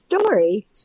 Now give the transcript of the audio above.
story